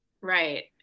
right